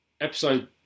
Episode